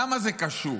למה זה קשור